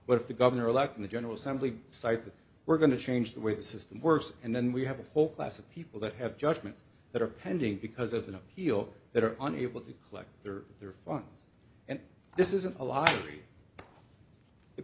what if the governor elect in the general assembly sites that we're going to change the way the system works and then we have a whole class of people that have judgments that are pending because of an appeal that are unable to collect their their funds and this isn't a lottery the